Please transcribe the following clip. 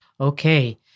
Okay